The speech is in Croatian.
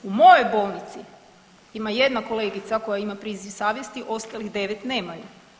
U mojoj bolnici ima jedna kolegica koja ima priziv savjesti ostalih 9 nemaju.